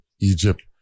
Egypt